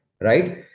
right